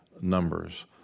numbers